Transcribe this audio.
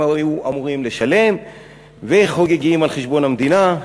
היו אמורים לשלם וחוגגים על חשבון המדינה.